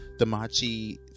Damachi